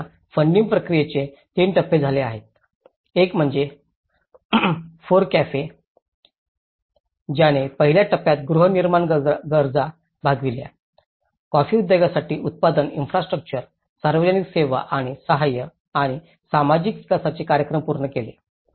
आता या फंडिंग प्रक्रियेचे ते 3 टप्पे झाले आहेत एक म्हणजे फोरकफे 1 ज्याने पहिल्या टप्प्यात गृहनिर्माण गरजा भागविल्या कॉफी उद्योगासाठी उत्पादक इन्फ्रास्ट्रउच्चर सार्वजनिक सेवा आणि सहाय्य आणि सामाजिक विकासाचे कार्यक्रम पूर्ण केले